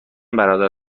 برادر